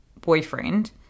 boyfriend